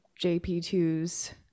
jp2's